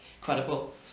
credible